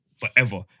Forever